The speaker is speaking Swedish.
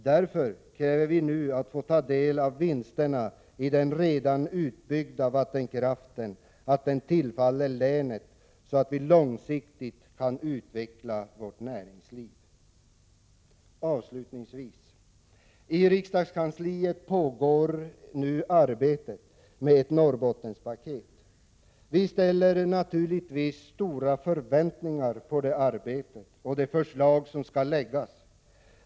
Därför kräver vi att en del av vinsterna i den redan utbyggda vattenkraften tillfaller länet, så att vi långsiktigt kan utveckla vårt näringsliv. Avslutningsvis: I regeringskansliet pågår nu arbetet med ett Norrbottenspaket. Vi ställer naturligtvis stora förväntningar på det arbetet och de förslag som skall läggas fram.